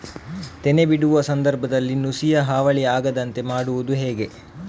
ತೆನೆ ಬಿಡುವ ಸಂದರ್ಭದಲ್ಲಿ ನುಸಿಯ ಹಾವಳಿ ಆಗದಂತೆ ಮಾಡುವುದು ಹೇಗೆ?